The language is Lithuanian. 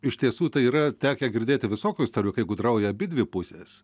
iš tiesų tai yra tekę girdėti visokių istorijų kai gudrauja abidvi pusės